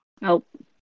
nope